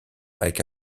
avec